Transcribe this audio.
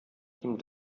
team